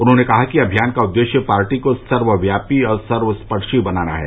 उन्होंने कहा कि अभियान का उद्देश्य पार्टी को सर्वव्यापी और सर्वस्पर्शी बनाना है